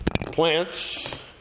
Plants